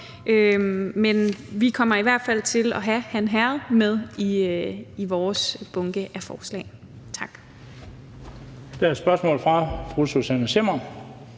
men vi kommer i hvert fald til at have Han Herred med i vores bunke af forslag. Tak.